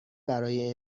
برای